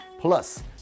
plus